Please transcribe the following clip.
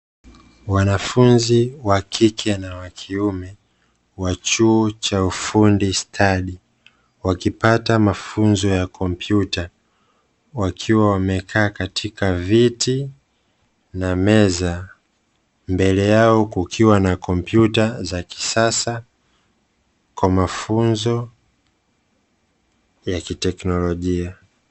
Wanafunzi wakike na wakiume wa chuo cha ufundi stadi, wakipata mafunzo ya kompyuta wakiwa wamekaa katika viti na meza; mbele yao kukiwa na kompyuta za kisasa, kwa mafunzo ya kiteknolojia.